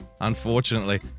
unfortunately